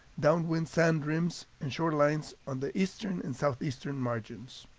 downwind sand rims and shorelines on the eastern and southeastern margins.